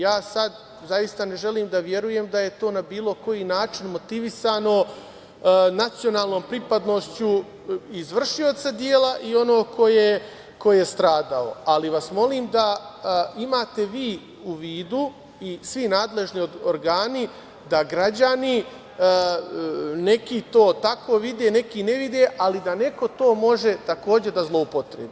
Ja sada zaista ne želim da verujem da je to na bilo koji način motivisano nacionalnom pripadnošću izvršioca dela i onoga ko je stradao, ali vas molim da imate vi u vidu i svi nadležni organi da građani neki to tako vide, neki ne vide, ali da neko to može, takođe, da zloupotrebi.